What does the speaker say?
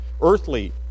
Earthly